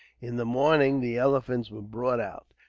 in the morning the elephants were brought out.